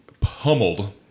pummeled